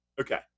Okay